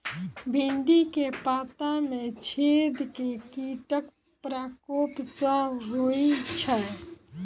भिन्डी केँ पत्ता मे छेद केँ कीटक प्रकोप सऽ होइ छै?